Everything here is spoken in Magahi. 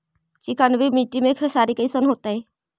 चिकनकी मट्टी मे खेसारी कैसन होतै?